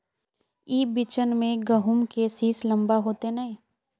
ई बिचन में गहुम के सीस लम्बा होते नय?